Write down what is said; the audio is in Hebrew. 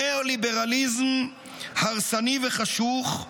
נר ליברליזם הרסני וחשוך,